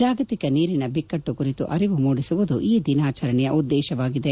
ಜಾಗತಿಕ ನೀರಿನ ಬಿಕ್ಕಟ್ಟು ಕುರಿತು ಅರಿವು ಮೂಡಿಸುವುದು ಈ ದಿನಾಚರಣೆಯ ಉದ್ದೇಶವಾಗಿದೆ